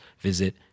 visit